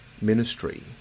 ministry